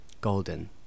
golden